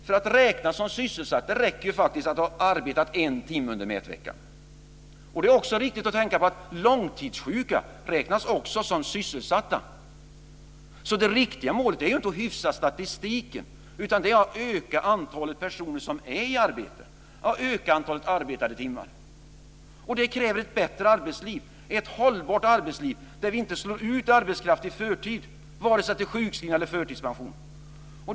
För att räknas som sysselsatt räcker det att ha arbetat en timme under mätveckan. Långtidssjuka räknas också som sysselsatta. Det riktiga målet är inte att hyfsa statistiken utan att öka antalet personer i arbete, att öka antalet arbetade timmar. Det kräver ett bättre arbetsliv, ett hållbart arbetsliv där vi inte slår ut arbetskraft i förtid vare sig till sjukskrivningar eller till förtidspension.